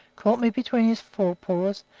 caught me between his fore paws,